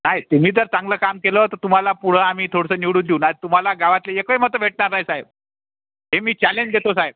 नाही तुम्ही जर चांगलं काम केलं तर तुम्हाला पुढं आम्ही थोडसं निवडून देऊ नाही तर तुम्हाला गवातले एक ही मत भेटणार नाही साहेब हे मी चॅलेंज देतो साहेब